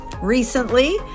recently